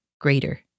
greater